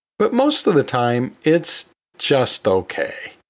but most of the time, it's just okay.